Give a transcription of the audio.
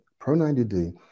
Pro90D